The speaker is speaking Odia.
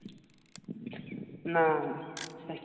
ନାଇ